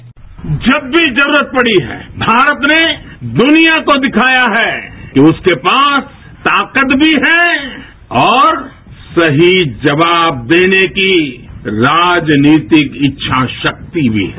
bite जब भी जरूरत पड़ी है भारत ने दुनिया को दिखाया है कि उसके पास ताकत भी है और सही जवाब देने की राजनीतिक इच्छा शक्ति भी है